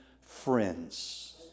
friends